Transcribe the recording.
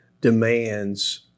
demands